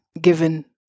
given